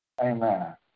Amen